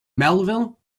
melville